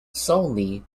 solely